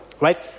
Right